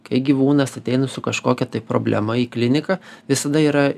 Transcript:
kai gyvūnas ateina su kažkokia tai problema į kliniką visada yra